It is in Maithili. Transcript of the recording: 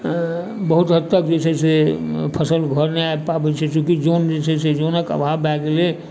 बहुत हद तक जे छै से फसल घर नहि आबि पाबै छै चूँकि जन जे छै से जनक अभाव भए गेल छै